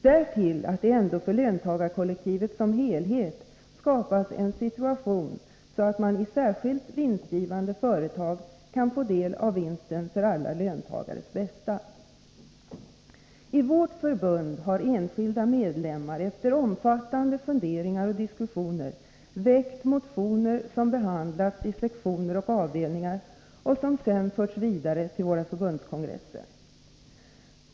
Det är angeläget att det ändå för löntagarkollektivet som helhet skapas en sådan situation att man i särskilt vinstgivande företag kan få I del av vinsten — för alla löntagares bästa. I vårt förbund har enskilda medlemmar efter omfattande funderingar och diskussioner väckt motioner, som behandlats i sektioner och avdelningar och som sedan förts vidare till våra förbundskongresser.